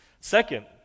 Second